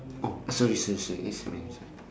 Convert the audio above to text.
oh sorry sorry sorry X men sorry